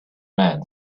man